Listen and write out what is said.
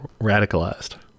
radicalized